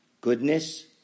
goodness